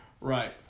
Right